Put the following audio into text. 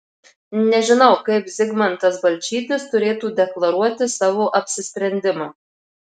nežinau kaip zigmantas balčytis turėtų deklaruoti savo apsisprendimą